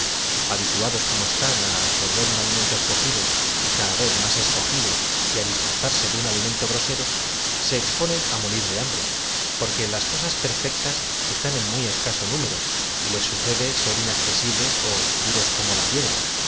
habituados como están á absorber un alimento escogido y cada vez más escogido y á disgustarse de un alimento grosero se exponen á m o rir de hambre porque las cosas perfectas eetán en muy escaso nmero y ies sucede ser inaccesibles ó duros como la piedra